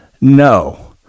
No